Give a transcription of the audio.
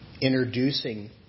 introducing